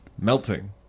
melting